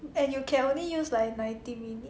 and you can only use like ninety minutes